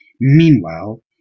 Meanwhile